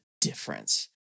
difference